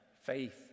faith